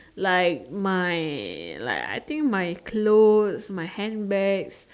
like my like I think my clothes my handbags